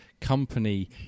company